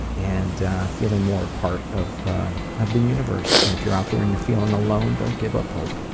and feeling more a part of the universe. and, if you're out there and you're feeling alone, don't give up hope.